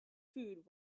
food